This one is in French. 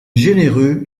généreux